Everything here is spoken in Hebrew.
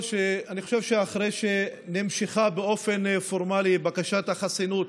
אני חושב שאחרי שנמשכה באופן פורמלי בקשת החסינות